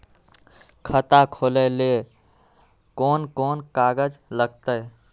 खाता खोले ले कौन कौन कागज लगतै?